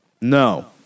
No